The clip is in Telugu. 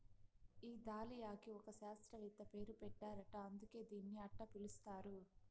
ఈ దాలియాకి ఒక శాస్త్రవేత్త పేరు పెట్టారట అందుకే దీన్ని అట్టా పిలుస్తారు